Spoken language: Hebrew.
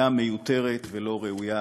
הייתה מיותרת ולא ראויה.